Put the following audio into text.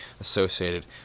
associated